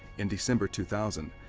in december, two thousand,